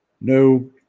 No